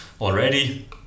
already